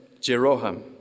Jeroham